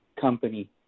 company